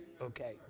okay